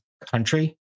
country